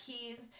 keys